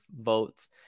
votes